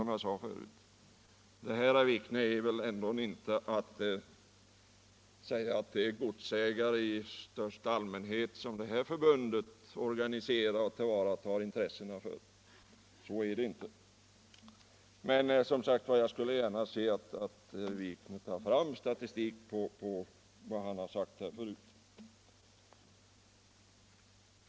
Då kan man väl inte säga, herr Wikner, att Svenska jägareförbundet tillvaratar intressena för godsägare i största allmänhet.